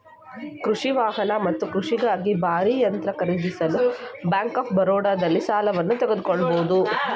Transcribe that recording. ಕೃಷಿ ವಾಹನ ಮತ್ತು ಕೃಷಿಗಾಗಿ ಭಾರೀ ಯಂತ್ರ ಖರೀದಿಸಲು ಬ್ಯಾಂಕ್ ಆಫ್ ಬರೋಡದಲ್ಲಿ ಸಾಲವನ್ನು ತೆಗೆದುಕೊಳ್ಬೋದು